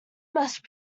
mashed